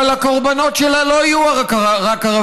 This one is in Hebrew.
אבל הקורבנות שלה לא יהיו רק ערבים,